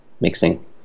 mixing